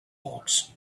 hawks